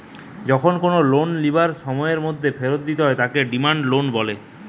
যখন কোনো লোন লিবার সময়ের মধ্যে ফেরত দিতে হয় তাকে ডিমান্ড লোন বলে